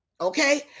Okay